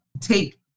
take